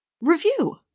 Review